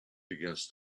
against